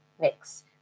mix